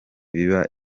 biba